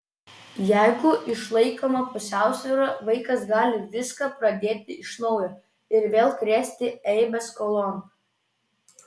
jeigu išlaikoma pusiausvyra vaikas gali viską pradėti iš naujo ir vėl krėsti eibes skolon